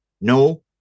no